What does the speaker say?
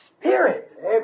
Spirit